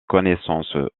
connaissances